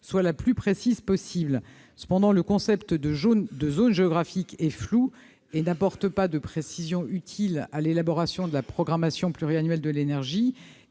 soit la plus précise possible. Cependant, le concept de « zone géographique » est flou et n'apporte pas de précision utile à l'élaboration de la PPE. Il pourrait, en revanche,